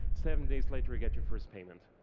seven days later i get your first payment.